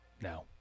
now